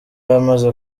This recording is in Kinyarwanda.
amaze